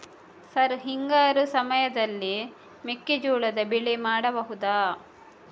Sir ಹಿಂಗಾರು ಸಮಯದಲ್ಲಿ ಮೆಕ್ಕೆಜೋಳದ ಬೆಳೆ ಮಾಡಬಹುದಾ?